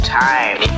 time